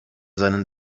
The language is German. seinen